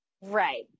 right